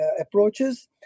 approaches